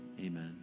amen